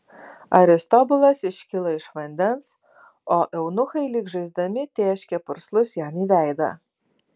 aristobulas iškilo iš vandens o eunuchai lyg žaisdami tėškė purslus jam į veidą